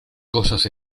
cosas